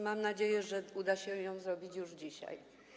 Mam nadzieję, że uda się to zrobić już dzisiaj.